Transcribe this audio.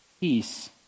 peace